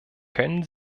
können